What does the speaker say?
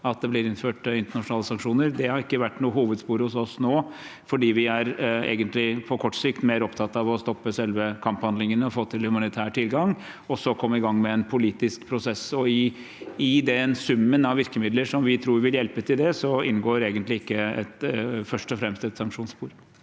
at det blir innført internasjonale sanksjoner. Det har ikke vært noe hovedspor hos oss nå, for vi er på kort sikt egentlig mer opptatt av å stoppe selve kamphandlingene, få til en humanitær tilgang og så komme i gang med en politisk prosess. I den summen av virkemidler som vi tror vil hjelpe til det, inngår ikke først og fremst et sanksjonsspor.